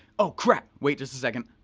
oh crap, wait just a second.